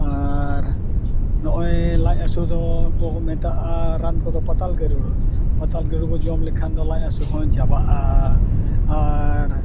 ᱟᱨ ᱱᱚᱜᱼᱚᱭ ᱞᱟᱡ ᱦᱟᱥᱩ ᱫᱚᱠᱚ ᱢᱮᱛᱟᱜᱼᱟ ᱨᱟᱱ ᱠᱚᱫᱚ ᱯᱟᱛᱟᱞ ᱜᱟᱹᱨᱩᱲ ᱯᱟᱛᱟᱞ ᱜᱟᱹᱨᱩᱲ ᱵᱚᱱ ᱡᱚᱢ ᱞᱮᱠᱷᱟᱱ ᱫᱚ ᱞᱟᱡ ᱦᱟᱥᱩ ᱦᱚᱸ ᱪᱟᱵᱟᱜᱼᱟ ᱟᱨ